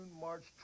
March